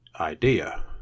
idea